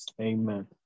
amen